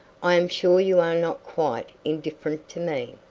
i am sure you are not quite indifferent to me.